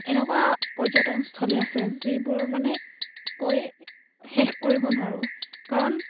এনেকুৱা পৰ্যটনস্থলী আছে যিবোৰ মানে কৈ শেষ কৰিব নোৱাৰোঁ কাৰণ